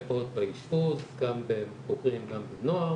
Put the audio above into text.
מאוד באשפוז, גם בבוגרים וגם בנוער.